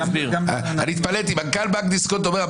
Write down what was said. אני התפלאתי: מנכ"ל בנק דיסקונט אומר,